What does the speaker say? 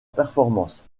performance